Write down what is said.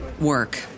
work